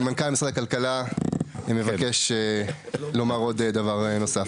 מנכ"ל משרד הכלכלה מבקש לומר עוד דבר נוסף.